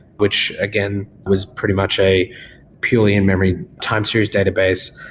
which again was pretty much a purely in-memory time series database.